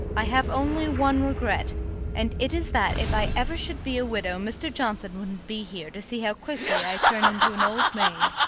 i have only one regret and it is that if i ever should be a widow mr. johnson wouldn't be here to see how quickly i turned into an old maid.